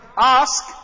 ask